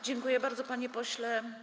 Dziękuję bardzo, panie pośle.